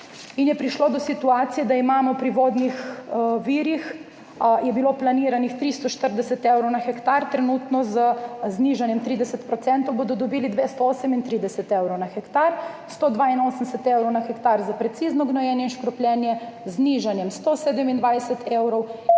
in je prišlo do situacije, da imamo pri vodnih virih, kjer je bilo planiranih 340 evrov na hektar, trenutno bodo s 30-odstotnim znižanjem dobili 238 evrov na hektar, 182 evrov na hektar za precizno gnojenje in škropljenje z znižanjem 127 evrov,